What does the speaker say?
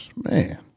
man